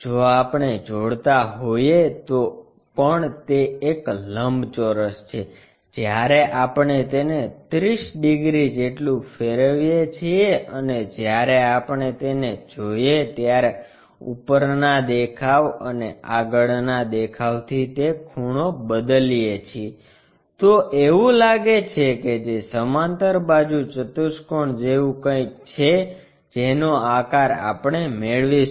જો આપણે જોડતા હોઈએ તો પણ તે એક લંબચોરસ છે જ્યારે આપણે તેને 30 ડિગ્રી જેટલું ફેરવીએ છીએ અને જ્યારે આપણે તેને જોઈએ ત્યારે ઉપરના દેખાવ અને આગળના દેખાવથી તે ખૂણો બદલીએ છીએ તો એવું લાગે છે કે જે સમાંતરબાજુ ચતુષ્કોણ જેવું કંઈક છે જેનો આકાર આપણે મેળવીશું